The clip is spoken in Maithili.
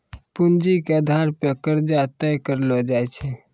पूंजी के आधार पे कर्जा तय करलो जाय छै